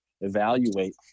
evaluate